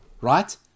Right